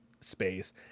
space